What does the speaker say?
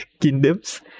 kingdoms